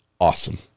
Awesome